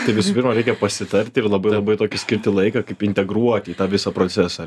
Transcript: tai visų pirma reikia pasitarti ir labai labai tokį skirti laiką kaip integruoti į tą visą procesą